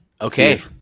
Okay